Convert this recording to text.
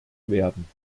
werden